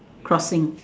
crossing